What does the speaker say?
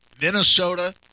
Minnesota